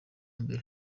mbere